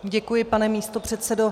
Děkuji, pane místopředsedo.